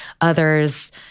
Others